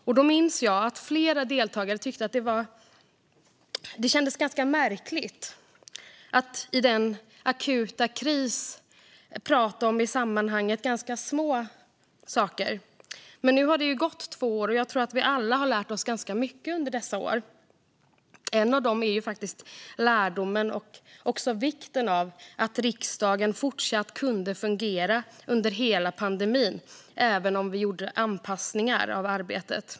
Jag minns att flera deltagare tyckte att det kändes ganska märkligt att i den akuta kris som då rådde prata om i sammanhanget ganska små saker. Men nu har det gått två år, och jag tror att vi alla har lärt oss ganska mycket under dessa år. En av de saker vi fått med oss är lärdomen om och också vikten av att riksdagen fortsatt kunde fungera under hela pandemin, även om vi gjorde anpassningar av arbetet.